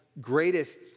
greatest